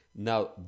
Now